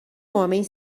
homem